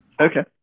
Okay